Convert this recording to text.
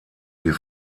die